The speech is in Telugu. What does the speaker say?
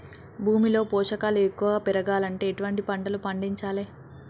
భూమిలో పోషకాలు ఎక్కువగా పెరగాలంటే ఎటువంటి పంటలు పండించాలే?